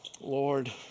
Lord